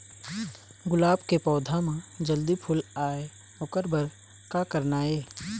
गुलाब के पौधा म जल्दी फूल आय ओकर बर का करना ये?